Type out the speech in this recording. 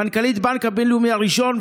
מנכ"לית הבנק הבינלאומי הראשון,